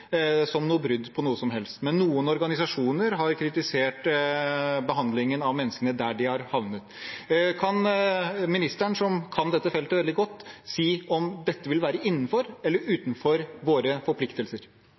som brudd på noe som helst. Men noen organisasjoner har kritisert behandlingen av menneskene der de har havnet. Kan ministeren, som kan dette feltet veldig godt, si om dette vil være innenfor eller utenfor våre forpliktelser?